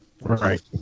Right